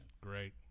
Great